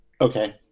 Okay